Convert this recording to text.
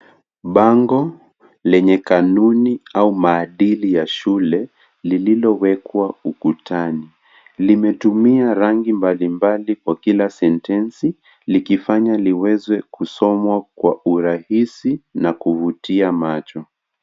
Bango lenye kanuni au maadili ya shule lililowekwa ukutani. Limetumia rangi mbalimbali kwa kila sentensi likifanya liwezwe kusomwa kwa urahisi na kuvutia macho.